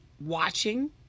watching